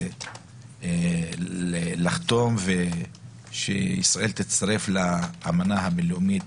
זה שישראל תצטרף לאמנה הבין-לאומית